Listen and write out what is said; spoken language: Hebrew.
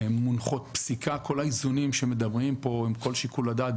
הן מונחות פסיקה כל האיזונים שמדברים פה עם כל שיקול הדעת,